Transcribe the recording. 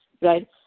right